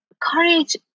courage